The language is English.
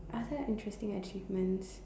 other interesting achievements